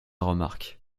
remarquent